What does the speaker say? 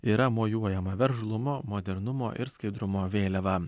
yra mojuojama veržlumo modernumo ir skaidrumo vėliava